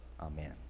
Amen